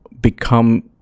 become